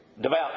devout